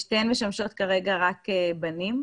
שתיהן משמשות כרגע רק בנים.